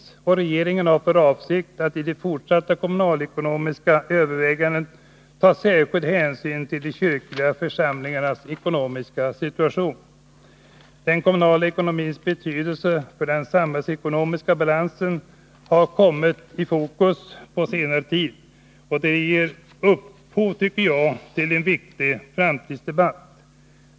Regeringen har för avsikt att i de fortsatta kommunalekonomiska övervägandena ta särskild hänsyn till de kyrkliga församlingarnas ekonomiska situation. Den kommunala ekonomins betydelse för den samhällsekonomiska balansen har kommit i fokus på senare tid. Det ger upphov till en viktig framtida debatt.